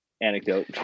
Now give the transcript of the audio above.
anecdote